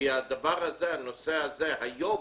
כי הנושא הזה היום